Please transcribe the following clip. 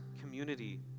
community